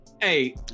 Hey